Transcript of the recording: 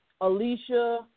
Alicia